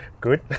Good